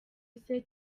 ize